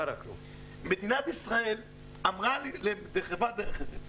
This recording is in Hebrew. מדינת ישראל אמרה לחברת דרך ארץ